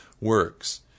works